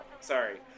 Sorry